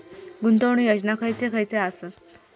गुंतवणूक योजना खयचे खयचे आसत?